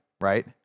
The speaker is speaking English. right